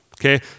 Okay